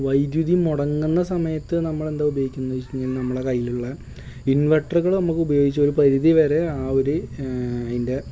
വൈദ്യുതി മുടങ്ങുന്ന സമയത്ത് നമ്മളെന്താ ഉപയോഗിക്കുന്നതെന്നു വെച്ചിട്ടുണ്ടെ നമ്മുടെ കയ്യിലുള്ള ഇൻവെർട്ടറുകൾ നമുക്കുപയോഗിച്ച് ഒരു പരിധിവരെ ആ ഒരു അതിൻ്റെ